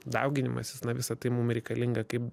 dauginimasis na visa tai mum reikalinga kaip